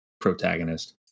protagonist